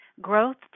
Growth